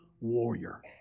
warrior